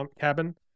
cabin